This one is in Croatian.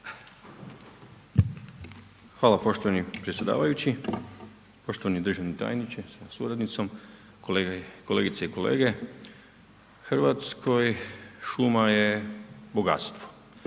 Hvala poštovani predsjedavajući, poštovani državni tajniče sa suradnicom, kolegice i kolege. Hrvatskoj šuma je bogatstvo,